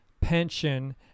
pension